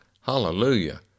hallelujah